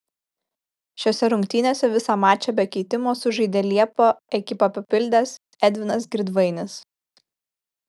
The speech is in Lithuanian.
šiose rungtynėse visą mačą be keitimo sužaidė liepą ekipą papildęs edvinas girdvainis